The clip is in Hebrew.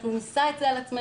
אנחנו נישא את זה על עצמנו,